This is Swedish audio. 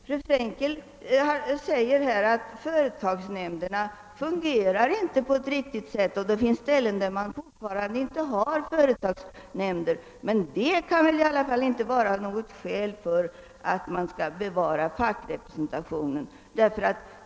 Fru Frenkel sade att företagsnämnderna inte fungerar som de borde och att det finns platser där man ännu inte har företagsnämnder. Men det kan väl i alla fall inte vara något skäl för att bevara fackrepresentationen.